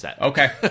Okay